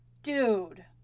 Dude